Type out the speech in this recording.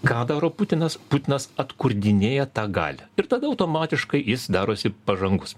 ką daro putinas putinas atkurdinėja tą galią ir tada automatiškai jis darosi pažangus